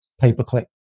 pay-per-click